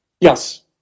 Yes